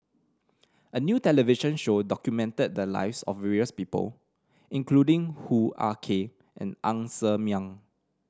a new television show documented the lives of various people including Hoo Ah Kay and Ng Ser Miang